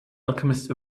alchemist